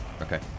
Okay